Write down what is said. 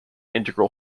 integral